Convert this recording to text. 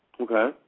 Okay